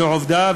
זו עובדה,